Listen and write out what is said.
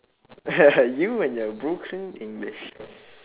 you and your broken english